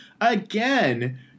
Again –